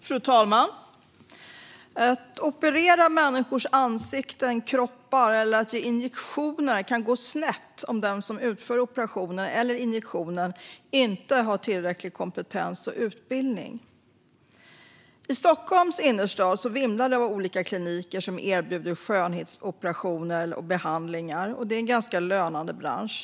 Fru talman! Att operera människors ansikten eller kroppar eller att ge injektioner kan gå snett om den som utför operationen eller injektionen inte har tillräcklig kompetens och utbildning. I Stockholms innerstad vimlar det av olika kliniker som erbjuder skönhetsoperationer och behandlingar. Det är en lönande bransch.